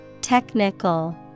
Technical